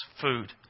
food